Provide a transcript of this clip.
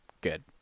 good